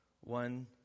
one